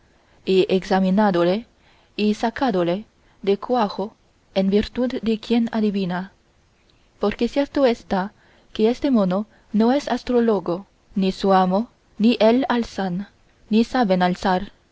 y examinádole y sacádole de cuajo en virtud de quién adivina porque cierto está que este mono no es astrólogo ni su amo ni él alzan ni saben alzar